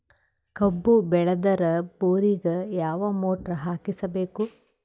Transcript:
ಕಬ್ಬು ಬೇಳದರ್ ಬೋರಿಗ ಯಾವ ಮೋಟ್ರ ಹಾಕಿಸಬೇಕು?